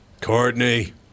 Courtney